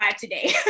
today